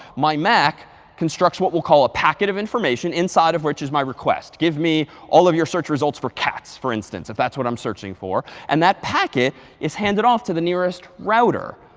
my mac constructs what we call a packet of information inside of which is my request. give me all of your search results for cats, for instance, if that's what i'm searching for. and that packet is handed off to the nearest router.